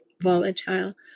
volatile